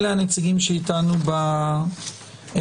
אלה הנציגים שאיתנו בחדר,